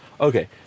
Okay